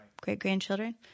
great-grandchildren